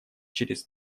через